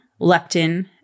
leptin